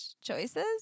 choices